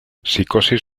psicosis